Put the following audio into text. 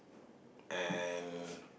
and